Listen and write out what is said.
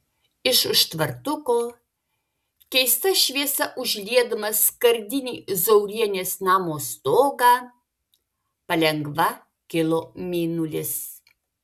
iš už tvartuko keista šviesa užliedamas skardinį zaurienės namo stogą palengva kilo mėnulis